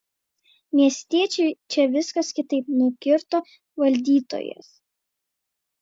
miestiečiui čia viskas kitaip nukirto valdytojas